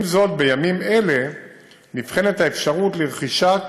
עם זאת, בימים אלו נבחנת האפשרות לרכישת